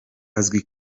azwi